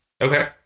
okay